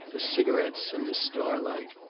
the cigarettes and the starlight.